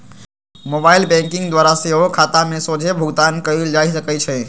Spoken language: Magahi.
मोबाइल बैंकिंग द्वारा सेहो खता में सोझे भुगतान कयल जा सकइ छै